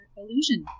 illusion